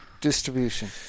Distribution